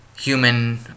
human